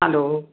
hello